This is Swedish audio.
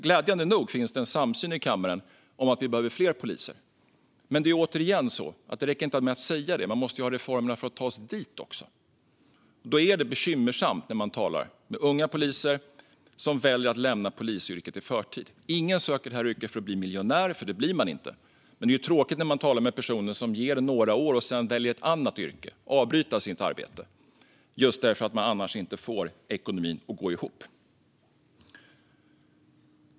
Glädjande nog finns det nu en samsyn i kammaren om att vi behöver fler poliser. Men det är återigen så att det inte räcker att säga det; man måste också ha reformerna för att ta sig dit. Det är bekymmersamt när man talar med unga poliser och hör att de väljer att lämna polisyrket i förtid. Ingen söker sig till det här yrket för att bli miljonär, för det blir man inte. Men det är tråkigt att höra från personer att de ger polisyrket några år och sedan avbryter sitt arbete och väljer ett annat yrke just därför att de annars inte får ekonomin att gå ihop.